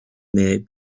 may